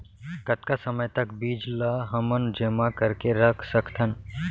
कतका समय तक बीज ला हमन जेमा करके रख सकथन?